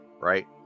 right